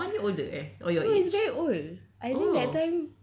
how old is he again ah one year older eh or your age